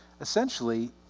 essentially